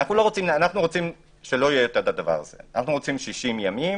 אנחנו רוצים 60 ימים,